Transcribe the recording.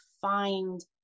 find